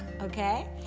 okay